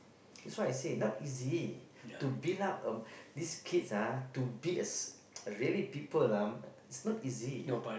that's why I say not easy to build up uh this kids ah to be a s~ really people lah it's not easy